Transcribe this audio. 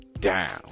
down